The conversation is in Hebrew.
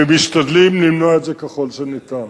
ומשתדלים למנוע את זה ככל שניתן.